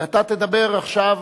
ואתה תדבר עכשיו